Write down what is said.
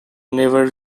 never